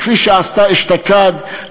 כפי שעשתה אשתקד,